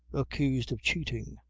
accused of cheating,